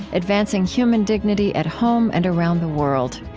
advancing human dignity at home and around the world.